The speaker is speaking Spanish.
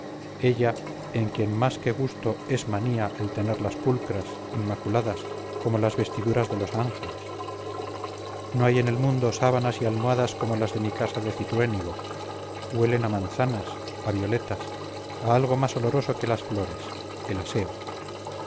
ella en quien más que gusto es manía el tenerlas pulcras inmaculadas como las vestiduras de los ángeles no hay en el mundo sábanas y almohadas como las de mi casa de cintruénigo huelen a manzanas a violetas a algo más oloroso que las flores el aseo